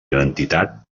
identitat